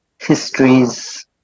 histories